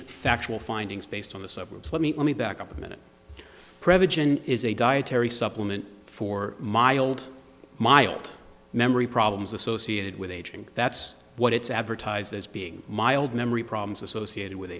factual findings based on the suburbs let me let me back up a minute previn is a dietary supplement for mild mild memory problems associated with aging that's what it's advertised as being mild memory problems associated with